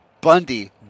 Bundy